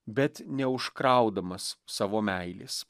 bet neužkraudamas savo meilės